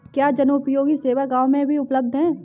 क्या जनोपयोगी सेवा गाँव में भी उपलब्ध है?